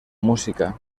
música